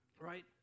Right